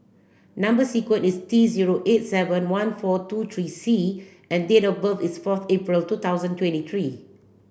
number sequence is T zero eight seven one four two three C and date of birth is fourth April two thousand twenty three